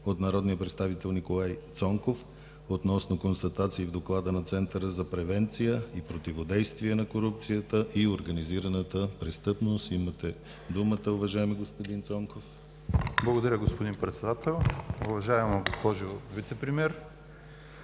от народния представител Николай Цонков относно констатации в Доклада на Центъра за превенция и противодействие на корупцията и организираната престъпност. Имате думата, уважаеми господин Цонков. НИКОЛАЙ ЦОНКОВ (БСП за България): Благодаря, господин Председател. Уважаема госпожо Вицепремиер,